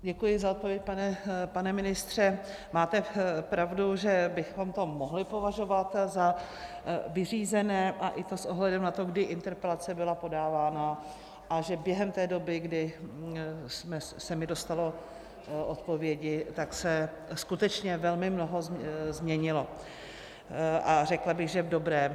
Děkuji za to, pane ministře, máte pravdu, že bychom to mohli považovat za vyřízené, a to i s ohledem na to, kdy interpelace byla podávána a že během té doby, kdy se mi dostalo odpovědi, se skutečně velmi mnoho změnilo, a řekla bych, že v dobrém.